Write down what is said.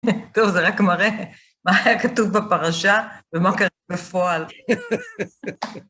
טוב, זה רק מראה מה היה כתוב בפרשה ומה קרה בפועל.